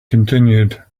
continued